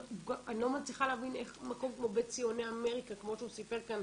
אני לא מצליחה להבין איך מקום כמו בית ציוני אמריקה כמו שהוא סיפר כאן,